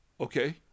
Okay